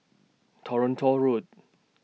Toronto Road